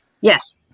Yes